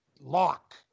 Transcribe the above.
Lock